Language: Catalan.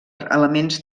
elements